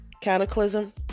cataclysm